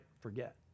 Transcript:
forget